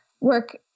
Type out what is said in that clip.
work